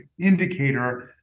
indicator